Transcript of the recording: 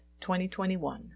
2021